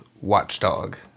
Watchdog